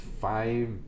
five